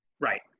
right